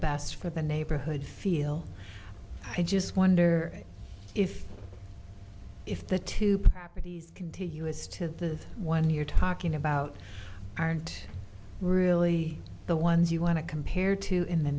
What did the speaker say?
best for the neighborhood feel i just wonder if if the two properties continuous to the one you're talking about aren't really the ones you want to compare to in the